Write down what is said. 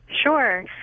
Sure